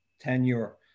tenure